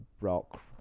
rock